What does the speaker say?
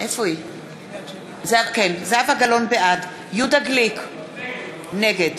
בעד יהודה גליק, נגד